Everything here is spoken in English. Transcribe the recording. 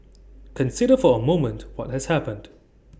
consider for A moment what has happened